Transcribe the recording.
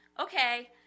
okay